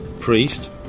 Priest